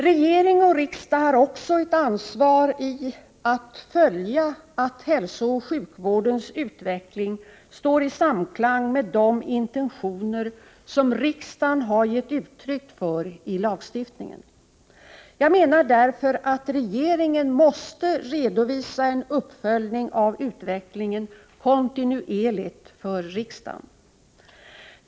Regering och riksdag har också ett ansvar i att följa att hälsooch sjukvårdens utveckling står i samklang med de intentioner som riksdagen har gett uttryck för i lagstiftningen. Jag menar därför att regeringen måste redovisa en uppföljning av utvecklingen kontinuerligt för riksdagen.